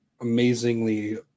amazingly